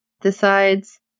decides